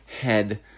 head